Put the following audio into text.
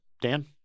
Dan